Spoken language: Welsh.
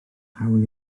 hawl